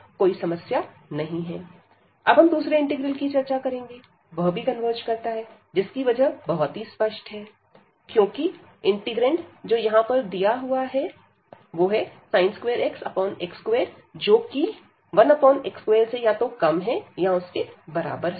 हम अब दूसरे इंटीग्रल की चर्चा करेंगे वह भी कन्वर्ज करता है जिसकी वजह बहुत ही स्पष्ट है क्योंकि इंटीग्रैंड जो यहां पर दिया हुआ है sin2x x21x2 है